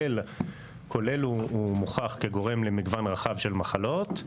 כולל הוא מוכח כגורם למגוון רחב של מחלות.